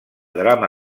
drama